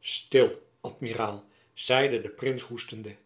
stil amiraal zeide de prins hoestende